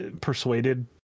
persuaded